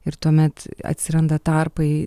ir tuomet atsiranda tarpai